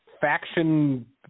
faction